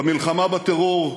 במלחמה בטרור,